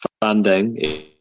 funding